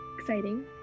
exciting